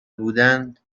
بودند